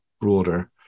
broader